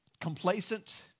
complacent